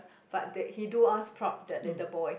but they he do us proud that little boy